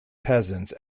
peasants